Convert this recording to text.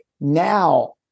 Now